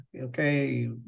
okay